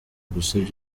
gusebya